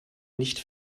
nicht